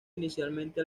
inicialmente